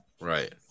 Right